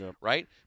right